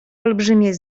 olbrzymie